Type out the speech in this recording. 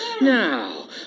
Now